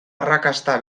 arrakasta